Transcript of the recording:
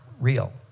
real